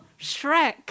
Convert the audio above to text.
Shrek